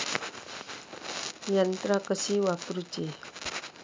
यंत्रा कशी वापरूची?